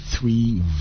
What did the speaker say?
three